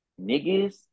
niggas